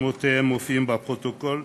שמותיהם מופיעים בפרוטוקול,